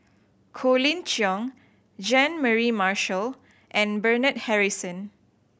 Colin Cheong Jean Mary Marshall and Bernard Harrison